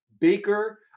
baker